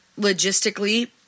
logistically